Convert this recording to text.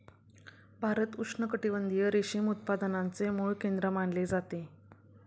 भारत उष्णकटिबंधीय रेशीम उत्पादनाचे मूळ केंद्र मानले जाते